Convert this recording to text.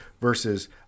versus